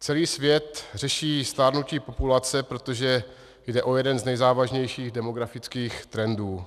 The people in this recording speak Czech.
Celý svět řeší stárnutí populace, protože jde o jeden z nejzávažnějších demografických trendů.